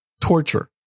torture